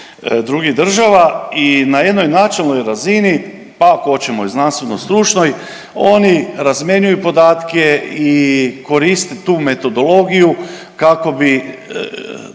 drugih država i na jednoj načelnoj razini pa ako hoćemo i znanstveno-stručnoj oni razmjenjuju podatke i koriste tu metodologiju kako bi